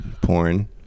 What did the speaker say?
porn